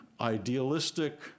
idealistic